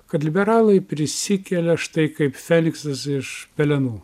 kad liberalai prisikelia štai kaip feniksas iš pelenų